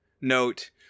note